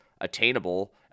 attainable